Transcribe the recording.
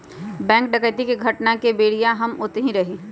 bank डकैती के घटना के बेरिया हम ओतही रही